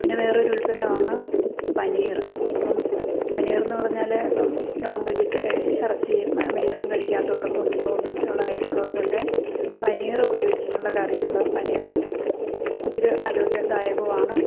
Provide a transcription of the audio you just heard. പിന്നെ വേറൊരു ഉത്പന്നമാണ് പനീർ അപ്പം പനീറെന്നു പറഞ്ഞാൽ ഇപ്പം നോൺ വെജിറ്റേ ഇറച്ചി മീനൊന്നും കഴിക്കാത്തവർക്കും രോഗങ്ങളായിട്ടുള്ളവർക്കൊക്കെ പനീറുപയോഗിച്ചിട്ടുള്ള കറികൾ പനീർ ഒത്തിരി ആരോഗ്യദായകമാണ്